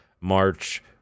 March